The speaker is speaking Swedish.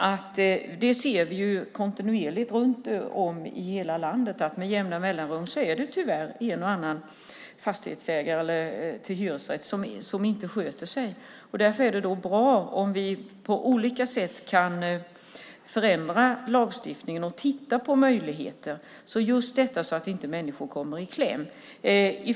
Vi ser ju kontinuerligt i hela landet att det med jämna mellanrum är en och annan ägare till hyresfastighet som inte sköter sig. Därför är det bra om vi på olika sätt kan förändra lagstiftningen och titta på olika möjligheter så att inte människor kommer i kläm.